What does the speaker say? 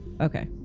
Okay